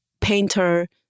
painter